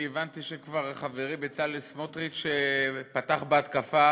אני הבנתי שחברי בצלאל סמוטריץ כבר פתח בהתקפה